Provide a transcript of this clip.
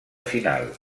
final